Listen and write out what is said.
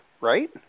right